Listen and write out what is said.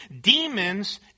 demons